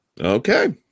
Okay